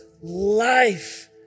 life